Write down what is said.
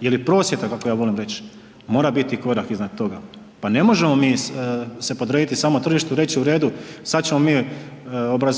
ili prosvjeta kako ja volim reći mora biti korak iznad toga. Pa ne možemo mi se podrediti samo tržištu i reći u redu, sad ćemo mi